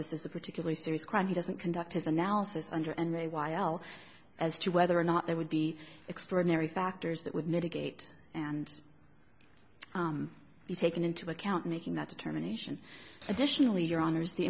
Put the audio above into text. this is a particularly serious crime he doesn't conduct his analysis under and a while as to whether or not there would be extraordinary factors that would mitigate and be taken into account making that determination additionally your honour's the